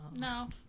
No